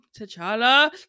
t'challa